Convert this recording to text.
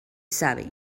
savi